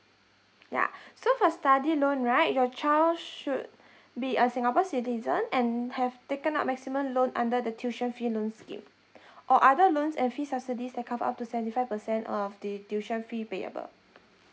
yeah so for study loan right your child should be a singapore citizen and have taken up maximum loan under the tuition fee loan scheme or other loans and fees subsidies that cover up to seventy five percent of the tuition fee payable